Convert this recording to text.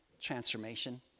Transformation